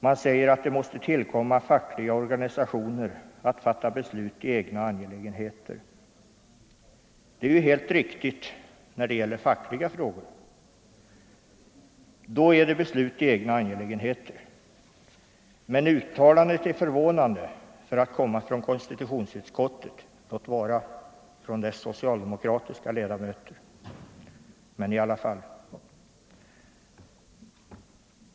Man säger att det måste tillkomma fackliga organisationer att fatta beslut i egna angelägenheter. Det är helt riktigt när det gäller fackliga frågor. Då är det fråga om beslut i egna angelägenheter. Men uttalandet är förvånande för att komma från konstitutionsutskottet — låt vara att det är från dess socialdemokratiska ledamöter.